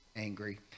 angry